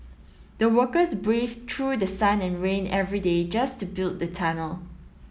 the workers braved through the sun and rain every day just to build the tunnel